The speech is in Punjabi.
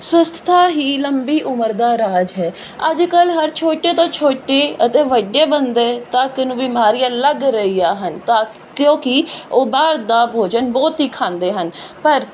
ਸਵੱਸਥਾ ਹੀ ਲੰਬੀ ਉਮਰ ਦਾ ਰਾਜ ਹੈ ਅੱਜ ਕੱਲ ਹਰ ਛੋਟੇ ਤੋਂ ਛੋਟੇ ਅਤੇ ਵੱਡੇ ਬੰਦੇ ਤਾਂ ਕਿ ਨੂੰ ਬਿਮਾਰੀਆਂ ਲੱਗ ਰਹੀ ਆ ਹਨ ਤਾਂ ਉਹ ਕੀ ਉਹ ਬਾਹਰ ਦਾ ਭੋਜਨ ਬਹੁਤ ਹੀ ਖਾਂਦੇ ਹਨ ਪਰ